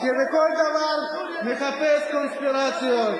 שבכל דבר מחפש קונספירציות.